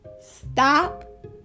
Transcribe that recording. stop